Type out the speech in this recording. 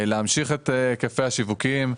ולהמשיך את היקפי השיווקים.